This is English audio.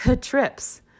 trips